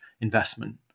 investment